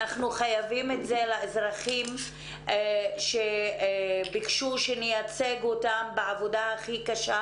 אנחנו חייבים את זה לאזרחים שביקשו שנייצג אותם בעבודה הכי קשה